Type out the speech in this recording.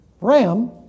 ram